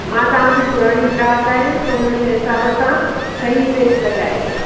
मां तव्हां जी पुरानी ग्राहक आहियां त उन जे हिसाब सां सही रेट लॻाएजो